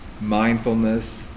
mindfulness